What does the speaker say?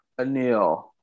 Anil